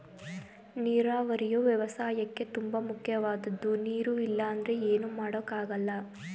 ನೀರಾವರಿಯು ವ್ಯವಸಾಯಕ್ಕೇ ತುಂಬ ಮುಖ್ಯವಾದದ್ದು ನೀರು ಇಲ್ಲ ಅಂದ್ರೆ ಏನು ಮಾಡೋಕ್ ಆಗಲ್ಲ